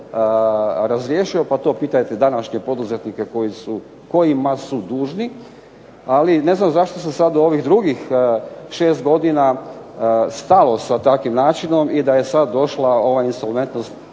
razriješio, pa to pitajte današnje poduzetnike kojima su dužni. Ali ne znam zašto se sad ovih drugih 6 godina stalo sa takvim načinom i da je sad došla ova insolventnost